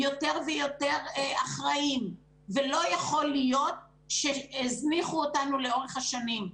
יותר ויותר אחראיים ולא יכול להיות שהזניחו אותנו לאורך השנים.